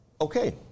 okay